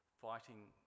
fighting